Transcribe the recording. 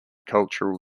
cultural